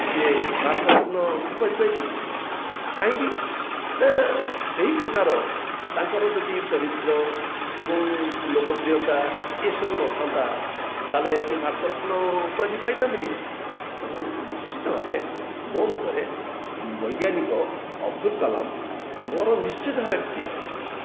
ସିଏ ଭାରତ ରତ୍ନ ଉପାଧି ପାଇଥିଲେ କାହିଁକି ନା ସେହି ପ୍ରକାର ତାଙ୍କର ଯଦି ଚରିତ୍ର ଏବଂ ଲୋକପ୍ରିୟତା ଏସବୁ ନଥାନ୍ତା ତାହେଲେ ସେ ଭାରତ ରତ୍ନ ଉପାଧି ପାଇଥାନ୍ତେ କେମିତି ତେଣୁ ନିଶ୍ଚିତ ଭାବେ ମୋ ମତରେ ବୈଜ୍ଞାନିକ ଅବଦୁଲ କାଲାମ ମୋର ନିଶ୍ଚିତ ଭାବେ ପ୍ରିୟ